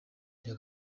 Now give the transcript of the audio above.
bya